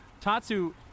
Tatsu